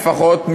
לפחות,